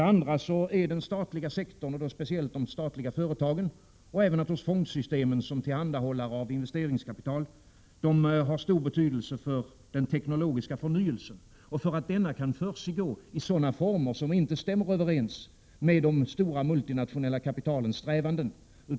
Ett andra skäl är att den statliga sektorn — speciellt de statliga företagen och fondsystemen i egenskap av tillhandahållare av investeringskapital — har stor betydelse för den teknologiska förnyelsen och för att denna kan försiggå i former som inte stämmer överens med det stora multinationella kapitalets strävanden.